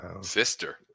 Sister